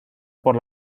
por